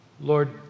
Lord